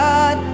God